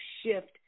shift